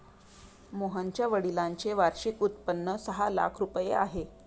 मोहनच्या वडिलांचे वार्षिक उत्पन्न सहा लाख रुपये आहे